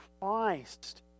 Christ